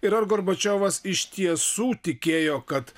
ir ar gorbačiovas iš tiesų tikėjo kad